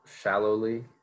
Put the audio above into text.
shallowly